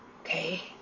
Okay